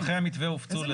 נוסחי המתווה הופצו.